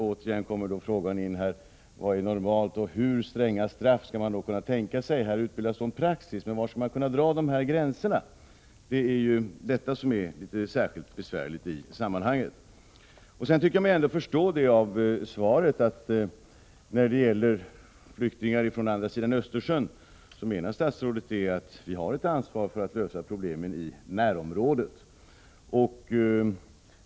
Återigen frågar jag således: Vad är normalt och hur stränga straff kan man tänka sig att det krävs för att få till stånd en praxis? Var skall man dra gränserna? Det är ju detta som är särskilt besvärligt i sammanhanget. Av svaret att döma tycks statsrådet mena att vi när det gäller flyktingar från andra sidan av Östersjön har ett ansvar för att lösa problemen i närområdet.